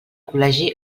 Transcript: col·legi